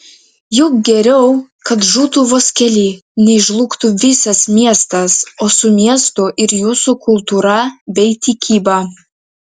juk geriau kad žūtų vos keli nei žlugtų visas miestas o su miestu ir jūsų kultūra bei tikyba